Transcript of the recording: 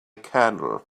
candle